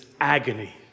agony